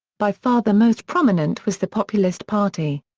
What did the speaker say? by far the most prominent was the populist party.